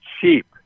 cheap